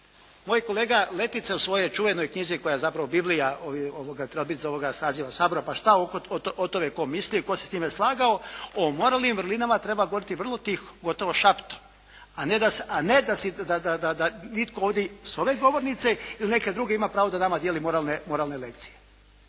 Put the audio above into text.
Moj kolega Letica je u svojoj čuvenoj knjizi koja je zapravo Biblija, trebala bi bit ovoga saziva Sabora, pa šta o tome tko mislio i tko se s time slagao, o moralnim vrlinama treba govoriti vrlo tiho, gotovo šaptom. A ne da itko ovdje, s ove govornice ili neke druge ima pravo da nama dijeli moralne lekcije.